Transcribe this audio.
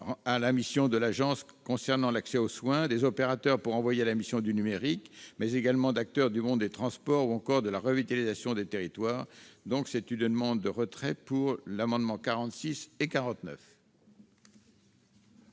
à la mission de l'agence concernant l'accès aux soins, des opérateurs pour participer à la mission du numérique, mais également des acteurs du monde des transports ou encore de la revitalisation des territoires ? C'est donc une demande de retrait. Quel est l'avis